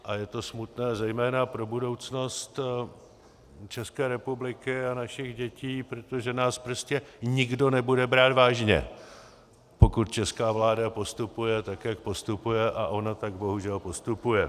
A je to smutné zejména pro budoucnost České republiky a našich dětí, protože nás prostě nikdo nebude brát vážně, pokud česká vláda postupuje tak, jak postupuje, a ona tak bohužel postupuje.